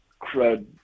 crud